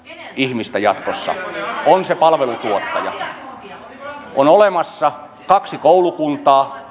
ihmistä jatkossa on olemassa kaksi koulukuntaa